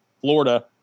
Florida